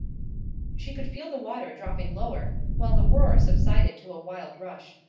she could feel the water dropping lower, while the roar subsided to a wild rush,